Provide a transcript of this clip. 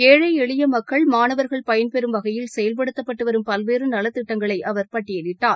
ஏழை எளிய மக்கள் மாணவர்கள் பயன்பெறும் வகையில் செயல்படுத்தப்பட்டு வரும் பல்வேறு நலத்திட்டங்களை அவர் பட்டியலிட்டார்